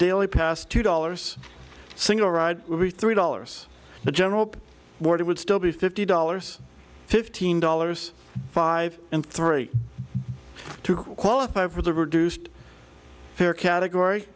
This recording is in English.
daily pass two dollars single ride would be three dollars the general order would still be fifty dollars fifteen dollars five and three to qualify for the reduced here category